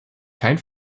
kein